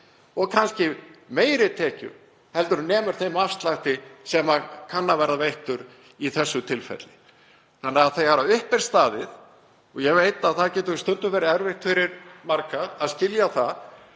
og kannski meiri tekjur en sem nemur þeim afslætti sem kann að verða veittur í þessu tilfelli. Þegar upp er staðið, og ég veit að það getur stundum verið erfitt fyrir marga að skilja það,